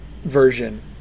version